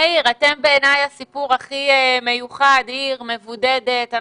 מאיר, אתם בעיניי הסיפור הכי מיוחד, עיר מבודדת.